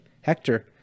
Hector